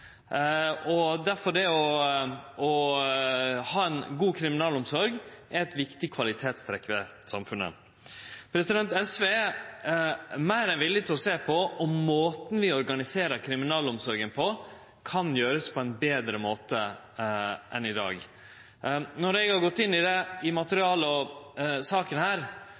det å ha ei god kriminalitetsomsorg er eit viktig kvalitetstrekk ved samfunnet. SV er meir enn villig til å sjå på om måten vi organiserer kriminalomsorga på, kan gjerast betre enn i dag. Når eg har gått inn i materialet og denne saka,